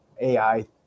AI